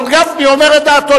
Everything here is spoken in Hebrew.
אבל גפני אומר את דעתו,